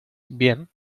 bien